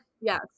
Yes